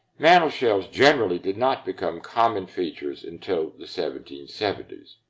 mantel shelves generally did not become common features until the seventeen seventy s.